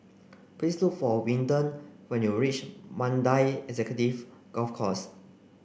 please look for Windell when you reach Mandai Executive Golf Course